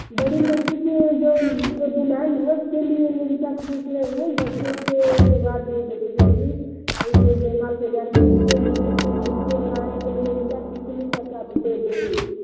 बडी लड़की के जो जो दुल्हन है उसके लिए लेंचा का पूछ रहे हैं बस उस तो उसके बाद में देखी जाएगी उस दिन जयमाल के जाएगी उसके लिए पूछ रहे थे उसके लायक लेंचा कितने तक आप दे देंगी